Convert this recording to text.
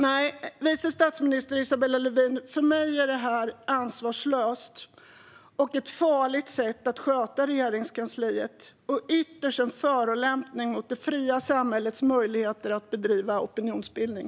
Nej, vice statsminister Isabella Lövin, för mig är detta ansvarslöst och ett farligt sätt att sköta Regeringskansliet. Ytterst är det en förolämpning mot det fria samhällets möjligheter att bedriva opinionsbildning.